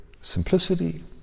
simplicity